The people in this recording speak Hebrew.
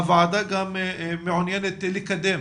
הוועדה מעוניינת לקדם